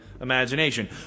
imagination